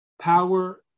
power